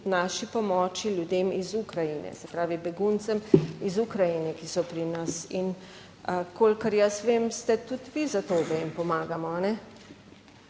naši pomoči ljudem iz Ukrajine, se pravi beguncem iz Ukrajine, ki so pri nas in kolikor jaz vem, ste tudi vi za to, da jim pomagamo,